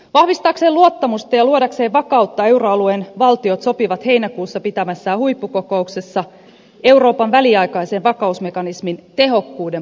vahvistaakseen luottamusta ja luodakseen vakautta euroalueen valtiot sopivat heinäkuussa pitämässään huippukokouksessa euroopan väliaikaisen vakausmekanismin tehokkuuden parantamisesta